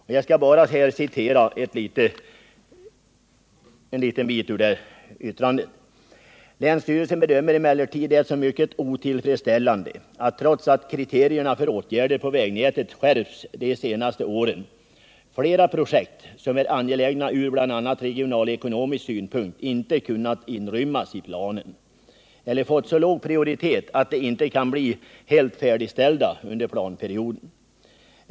Låt mig citera ett litet stycke av det yttrandet: ”Länsstyrelsen bedömer emellertid det som mycket otillfredsställande att — trots att kriterierna för åtgärder på vägnätet skärpts de senaste åren — flera projekt som är angelägna ur bl.a. regionalekonomisk synpunkt inte kunnat inrymmas planen, eller fått så låg prioritet att de inte kan bli helt färdigställda under planperioden.